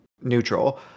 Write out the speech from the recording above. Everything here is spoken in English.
neutral